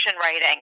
writing